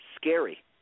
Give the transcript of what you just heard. scary